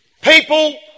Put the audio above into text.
people